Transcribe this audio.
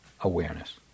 awareness